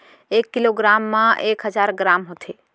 एक kilo gram मा एक हजार ग्राम होथे